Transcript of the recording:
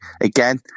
again